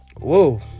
whoa